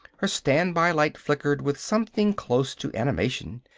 her standby light flickered with something close to animation,